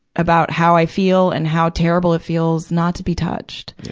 about how i feel and how terrible it feels not to be touched.